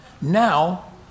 now